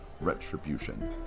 retribution